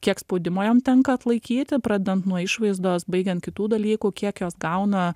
kiek spaudimo jom tenka atlaikyti pradedant nuo išvaizdos baigiant kitų dalykų kiek jos gauna